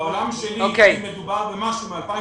בעולם שלי אם מדובר מ-79',